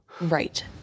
Right